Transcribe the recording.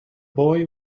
boy